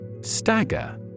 Stagger